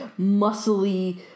muscly